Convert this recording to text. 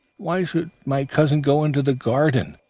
why should my cousin go into the garden,